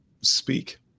speak